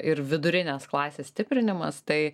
ir vidurinės klasės stiprinimas tai